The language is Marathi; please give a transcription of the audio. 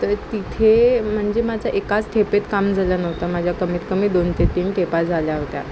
तर तिथे म्हणजे माझा एकाच खेपेत काम झाला नव्हता माझ्या कमीत कमी दोन ते तीन खेपा झाल्या होत्या